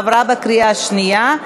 עברה בקריאה שנייה.